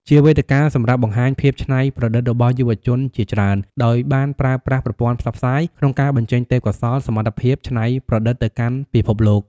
ជាវេទិកាសម្រាប់បង្ហាញភាពច្នៃប្រឌិតរបស់យុវជនជាច្រើន ដោយបានប្រើប្រាស់ប្រព័ន្ធផ្សព្វផ្សាយ ក្នុងការបញ្ចេញទេពកោសល្យ សមត្ថភាពច្នៃប្រឌិតទៅកាន់ពិភពលោក។